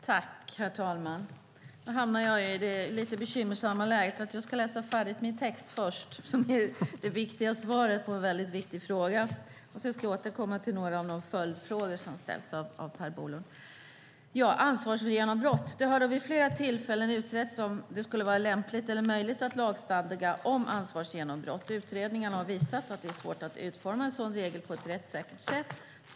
Herr talman! Nu hamnar jag i det lite bekymmersamma läget att jag måste läsa färdigt min text först eftersom den är det viktiga svaret på en väldigt viktig fråga. Sedan ska jag återkomma till några av de följdfrågor som har ställts av Per Bolund. Det har vid flera tillfällen utretts om det skulle vara lämpligt eller möjligt att lagstadga om ansvarsgenombrott. Utredningarna har visat att det är svårt att utforma en sådan regel på ett rättssäkert sätt.